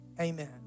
Amen